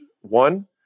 one